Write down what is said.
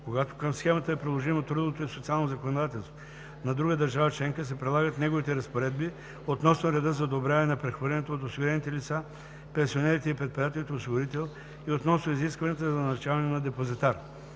Когато към схемата е приложимо трудовото и социално законодателство на друга държава членка, се прилагат неговите разпоредби относно реда за одобряване на прехвърлянето от осигурените лица, пенсионерите и предприятието осигурител и относно изискванията за назначаването на депозитар.